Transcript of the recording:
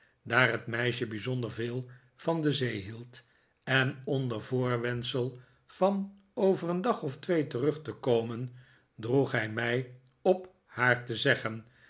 daar het meisje bijzonder veel van de zee hield en onder voorwendsel van over een dag of twee terug te komen drpeg hij mij op haar te zeggen